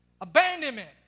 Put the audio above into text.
abandonment